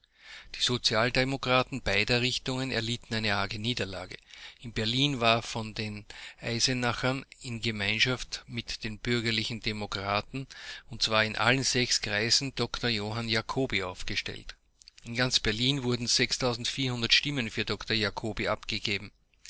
die sozialdemokraten beider richtungen erlitten eine arge niederlage in berlin war von den eisenachern in gemeinschaft mit den bürgerlichen demokraten und zwar in allen sechs kreisen dr johann jacoby aufgestellt in ganz berlin wurden stimmen für dr jacoby abgegeben